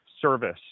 service